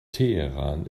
teheran